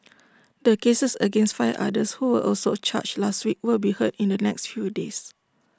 the cases against five others who were also charged last week will be heard in the next few days